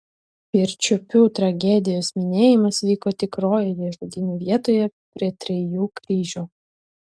pirčiupių tragedijos minėjimas vyko tikrojoje žudynių vietoje prie trijų kryžių